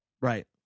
right